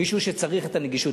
מישהו שצריך את הנגישות.